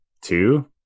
two